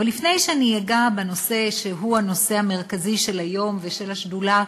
אבל לפני שאני אגע בנושא שהוא הנושא המרכזי של היום ושל השדולה,